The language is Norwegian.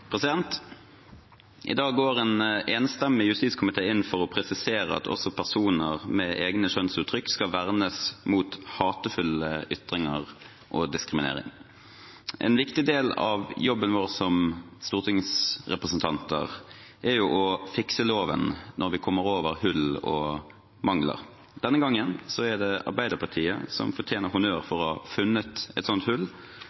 vedteke. I dag går en enstemmig justiskomité inn for å presisere at også personer med egne kjønnsuttrykk skal vernes mot hatefulle ytringer og diskriminering. En viktig del av jobben vår som stortingsrepresentanter er jo å fikse loven når vi kommer over hull og mangler. Denne gangen er det Arbeiderpartiet som fortjener honnør for å ha funnet et sånt hull